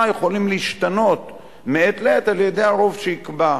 יכולים להשתנות מעת לעת על-ידי הרוב שיקבע.